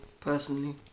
personally